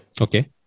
Okay